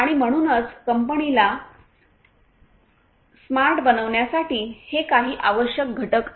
आणि म्हणूनच कंपनीला स्मार्ट बनविण्यासाठी हे काही आवश्यक घटक आहेत